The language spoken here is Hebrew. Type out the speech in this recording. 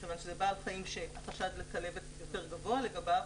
מכיוון שזה בעל חיים שהחשד לכלבת יותר גבוה לגביו,